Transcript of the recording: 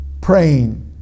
praying